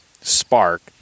spark